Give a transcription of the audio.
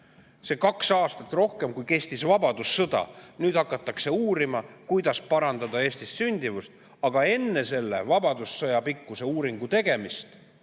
See kaks aastat on [pikem aeg], kui kestis vabadussõda. Nüüd hakatakse uurima, kuidas parandada Eestis sündimust. Aga enne selle vabadussõjapikkuse uuringu tegemist